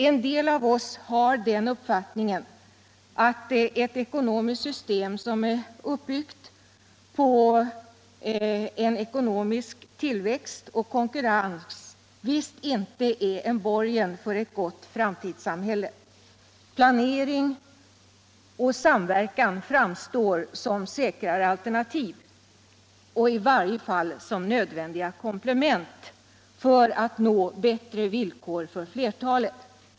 En del av oss har den uppfattningen att ett ekonomiskt system som är uppbyggt på ekonomisk tillväxt och konkurrens visst inte är en borgen för ett gott framtidssamhälle. Planering och samverkan framstår som säkrare alternativ och i varje fall som nödvändiga komplement för att nå bättre villkor för flertalet.